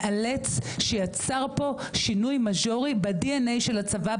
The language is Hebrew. מאלץ שיצר פה שינוי מז'ורי ב- DNA של הצבא,